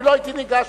אני לא הייתי ניגש,